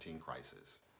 crisis